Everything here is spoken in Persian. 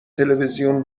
تلویزیون